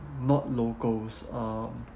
not locals um